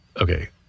okay